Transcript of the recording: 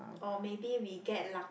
or maybe we get lucky